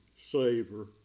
savor